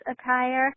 attire